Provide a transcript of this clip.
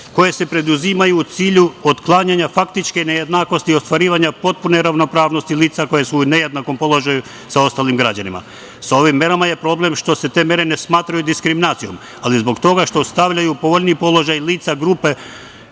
koje se preduzimaju u cilju otklanjanja faktičke nejednakosti i ostvarivanja potpune ravnopravnosti lica koja su u nejednakom položaju sa ostalim građanima. Sa ovim merama je problem što se te mere ne smatraju diskriminacijom, ali zbog toga što ostavljaju u povoljniji položaj lica i grupe